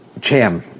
Cham